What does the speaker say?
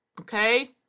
Okay